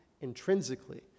intrinsically